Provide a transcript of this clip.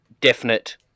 definite